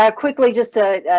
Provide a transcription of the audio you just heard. ah quickly, just to.